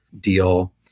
deal